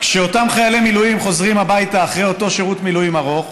כשאותם חיילי מילואים חוזרים הביתה אחרי אותו שירות מילואים ארוך,